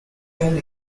and